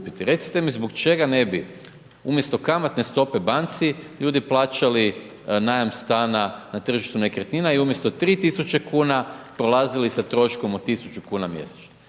Recite mi zbog čega ne bi umjesto kamatne stope banci ljudi plaćali najam stana na tržištu nekretnina i umjesto 3.000 kuna prolazili sa troškom od 1.000 kuna mjesečno.